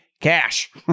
cash